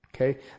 Okay